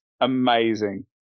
amazing